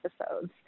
episodes